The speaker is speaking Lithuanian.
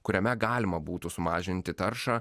kuriame galima būtų sumažinti taršą